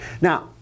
Now